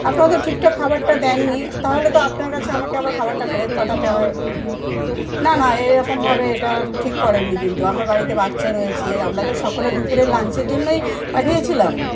আপনারা তো ঠিকঠাক খাবারটা দেননি তাহলে তো আপনার কাছে আমাকে আবার খাবারটা ফেরত পাঠাতে হয় না না এরকমভাবে এটা ঠিক করেননি কিন্তু আমার বাড়িতে বাচ্চা রয়েছে আমরা তো সকলে দুপুরের লাঞ্চের জন্যই পাঠিয়েছিলাম